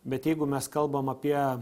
bet jeigu mes kalbam apie